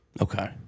Okay